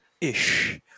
ish